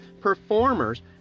performers